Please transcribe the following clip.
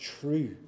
true